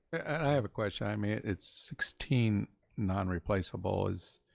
and i have a question, i mean, it's sixteen non-replaceables,